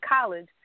college